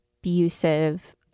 abusive